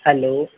hello